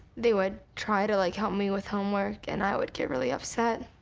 they would try to like help me with homework and i would get really upset.